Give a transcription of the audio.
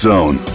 Zone